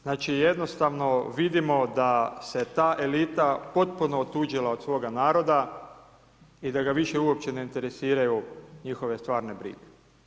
Znači, jednostavno vidimo da se ta elita potpuno otuđila od svoga naroda i da ga više uopće ne interesiraju njihove stvarne brige.